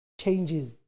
changes